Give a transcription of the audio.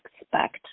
expect